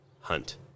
hunt